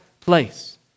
place